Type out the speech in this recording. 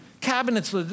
cabinets